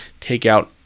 takeout